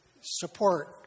support